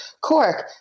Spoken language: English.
Cork